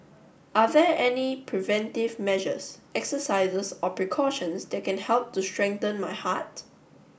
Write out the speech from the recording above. are there any preventive measures exercises or precautions that can help to strengthen my heart